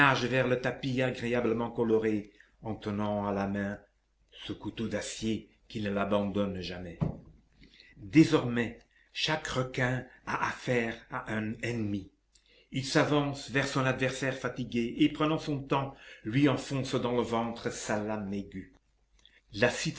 vers le tapis agréablement coloré en tenant à la main ce couteau d'acier qui ne l'abandonne jamais désormais chaque requin a affaire à un ennemi il s'avance vers son adversaire fatigué et prenant son temps lui enfonce dans le ventre sa lame aiguë la